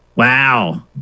Wow